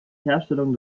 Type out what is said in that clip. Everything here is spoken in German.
herstellung